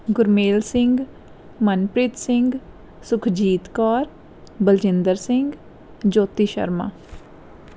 Gurmel Singh Manpreet Singh Sukhjeet Kaur Baljinder Singh Jyoti Sharma